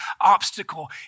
obstacle